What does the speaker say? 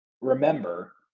remember